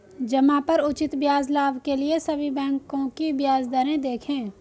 जमा पर उचित ब्याज लाभ के लिए सभी बैंकों की ब्याज दरें देखें